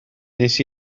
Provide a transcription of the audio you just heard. wnes